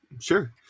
Sure